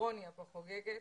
האירוניה פה חוגגת.